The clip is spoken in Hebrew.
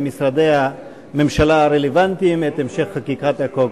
משרדי הממשלה הרלוונטיים את המשך חקיקת החוק.